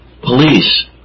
police